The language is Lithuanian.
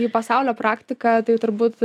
į pasaulio praktiką tai turbūt